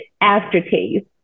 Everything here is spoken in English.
aftertaste